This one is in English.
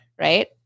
right